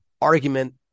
argument